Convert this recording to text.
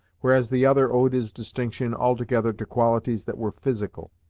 whereas the other owed his distinction altogether to qualities that were physical.